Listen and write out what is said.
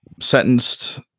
sentenced